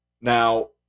Now